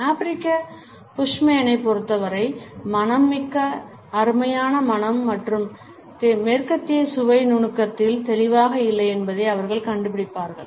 ஆப்பிரிக்க புஷ்மேனைப் பொறுத்தவரை மணம் மிக அருமையான மணம் மற்றும் மேற்கத்திய சுவை நுணுக்கத்தில் தெளிவாக இல்லை என்பதை அவர்கள் கண்டுபிடிப்பார்கள்